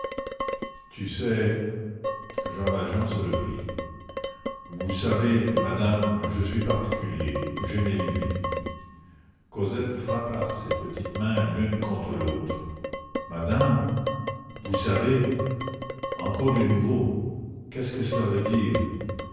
tu sais jean valjean se reprit vous savez madame je suis particulier j'ai mes lubies cosette frappa ses petites mains l'une contre l'autre madame vous savez encore du nouveau qu'est-ce que cela veut dire